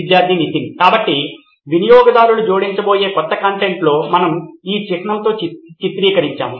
విద్యార్థులు నితిన్ కాబట్టి వినియోగదారులు జోడించబోయే క్రొత్త కంటెంట్లో మనము ఈ చిహ్నంతో చిత్రీకరించాము